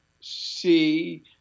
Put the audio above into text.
see